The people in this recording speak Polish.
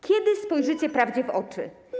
Kiedy spojrzycie prawdzie w oczy?